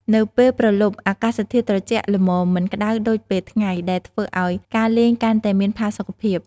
នៅពេលព្រលប់ អាកាសធាតុត្រជាក់ល្មម មិនក្តៅដូចពេលថ្ងៃ ដែលធ្វើឱ្យការលេងកាន់តែមានផាសុកភាព ។